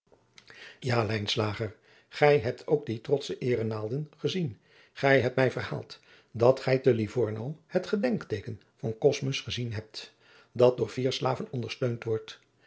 gij hebt ook die trotsche eerenaalden gezien gij hebt mij verhaald dat gij te livorno het gedenkteeken van cosmus gezien hebt dat door vier slaven ondersteund wordt